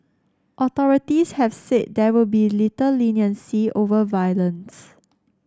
authorities have said there will be little leniency over violence